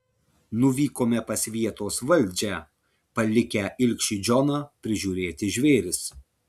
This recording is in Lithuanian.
nuvykome pas vietos valdžią palikę ilgšį džoną prižiūrėti žvėris